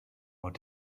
what